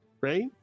right